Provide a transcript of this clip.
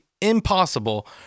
impossible